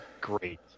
great